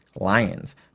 Lions